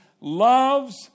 loves